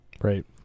Right